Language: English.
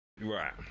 right